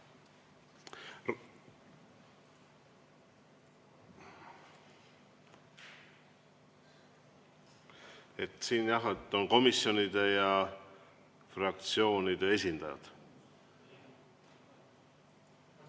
jah, on komisjonide ja fraktsioonide esindajad.